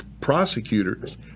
prosecutors